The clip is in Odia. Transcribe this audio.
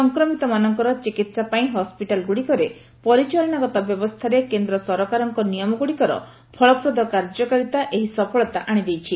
ସଂକ୍ରମିତମାନଙ୍କର ଚିକିତ୍ସା ପାଇଁ ହସ୍କିଟାଲ ଗୁଡ଼ିକରେ ପରିଚାଳନାଗତ ବ୍ୟବସ୍ଥାରେ କେନ୍ଦ୍ର ସରକାରଙ୍କ ନିୟମଗୁଡ଼ିକର ଫଳପ୍ରଦ କାର୍ଯ୍ୟକାରୀତା ଏହି ସଫଳତା ଆଣିଦେଇଛି